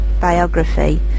biography